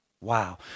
Wow